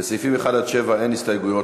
לסעיף 1 עד 7 אין הסתייגויות.